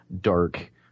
dark